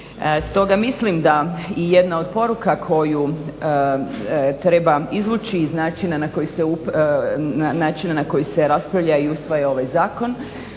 Stoga mislim da jedna od poruka koju treba izvući iz načina na koji se raspravlja u usvaja ovaj zakon,